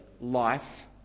life